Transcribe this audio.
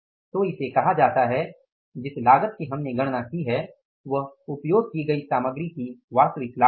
तो इसे कहा जाता है जिस लागत की हमने गणना की है वह उपयोग की गई सामग्री की वास्तविक लागत है